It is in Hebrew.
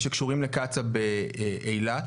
שקשורים לקצא"א באילת,